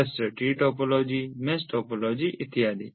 cluster tree topology mesh topology इत्यादि